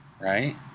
right